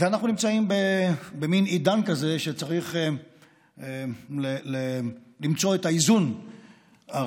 אנחנו נמצאים במין עידן כזה שצריך למצוא את האיזון הראוי.